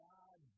God